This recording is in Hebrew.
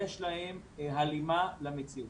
יש להם הלימה למציאות?